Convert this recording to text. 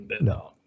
no